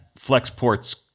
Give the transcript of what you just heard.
Flexport's